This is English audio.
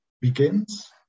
begins